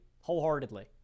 wholeheartedly